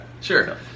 Sure